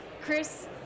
Chris